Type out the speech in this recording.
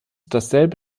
dasselbe